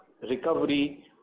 recovery